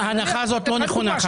ההנחה הזאת לא נכונה.